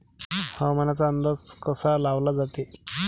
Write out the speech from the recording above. हवामानाचा अंदाज कसा लावला जाते?